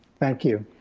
thank you.